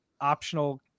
optional